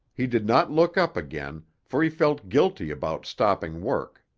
he did not look up again, for he felt guilty about stopping work.